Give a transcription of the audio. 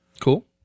Cool